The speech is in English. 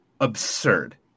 Absurd